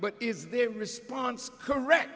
but is their response correct